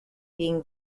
being